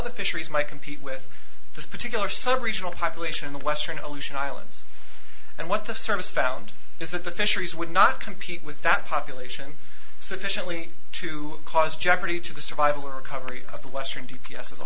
the fisheries might compete with this particular sub regional population in the western aleutian islands and what the service found is that the fisheries would not compete with that population sufficiently to cause jeopardy to the survival recovery of the western d p s as a